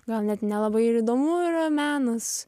gal net nelabai ir įdomu yra menas